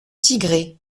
tigré